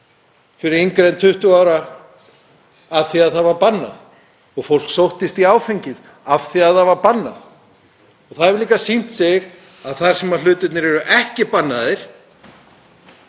fyrir yngri en 20 ára af því að það var bannað og fólk sóttist í áfengið af því að það var bannað. Það hefur líka sýnt sig að þar sem hlutirnir eru ekki bannaðir